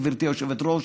גברתי היושבת-ראש,